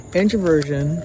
introversion